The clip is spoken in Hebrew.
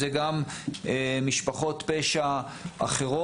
זה גם משפחות פשע אחרות.